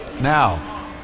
now